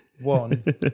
one